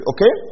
Okay